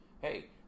Hey